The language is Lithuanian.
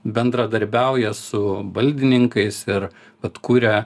bendradarbiauja su baldininkais ir vat kuria